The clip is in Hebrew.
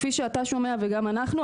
כפי שאתה שומע וגם אנחנו,